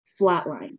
flatline